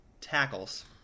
tackles